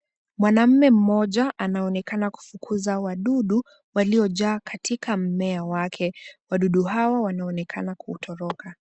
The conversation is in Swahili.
Mwanamume mmoja anaonekana kufukuza wadudu, walio jaa katika mmea wake. Wadudu hawa wanaonekana kutoroka.